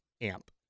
Amp